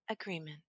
agreement